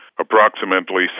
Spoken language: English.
approximately